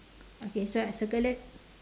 okay so I circle that